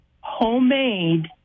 homemade